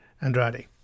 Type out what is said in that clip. Andrade